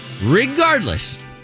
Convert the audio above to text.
regardless